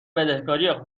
بدهکاری